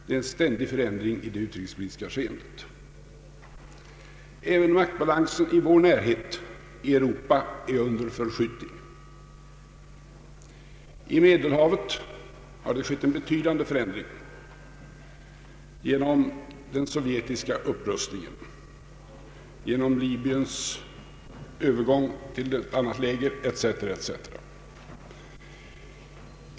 Det pågår en ständig rörelse i utrikespolitiken. Även maktbalansen i vår närhet, i Europa, är under förskjutning. Vid Medelhavet har det skett en betydande förändring, genom den sovjetiska upprustningen, genom Libyens övergång till ett annat läger etc.